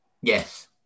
Yes